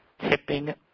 tipping